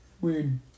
Weird